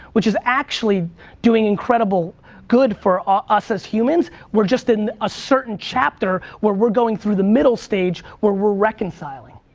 which is actually doing incredible good for ah us as humans, we're just in a certain chapter where we're going through the middle stage where we're reconciling.